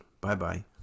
Bye-bye